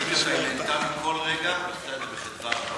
היא נהנתה מכל רגע ועשתה את זה בחדווה רבה.